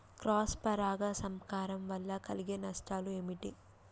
Cross పరాగ సంపర్కం వల్ల కలిగే నష్టాలు ఏమిటి?